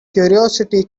curiosity